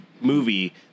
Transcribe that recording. movie